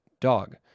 Dog